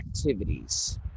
activities